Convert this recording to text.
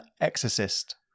Exorcist